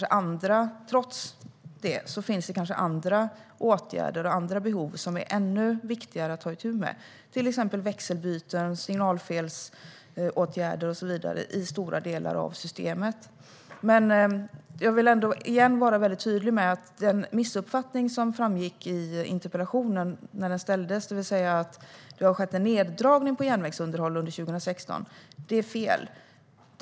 Det kan också finnas andra åtgärder och behov som är ännu viktigare att ta itu med, exempelvis växelbyten och signalfelsåtgärder i stora delar av systemet. Jag vill än en gång vara tydlig med att det som framgick i interpellationen om att det skulle ha skett en neddragning på järnvägsunderhåll under 2016 är en missuppfattning och felaktigt.